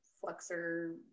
flexor